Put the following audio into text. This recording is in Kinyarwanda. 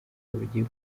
bagiye